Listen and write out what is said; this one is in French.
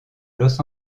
los